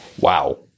Wow